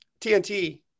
tnt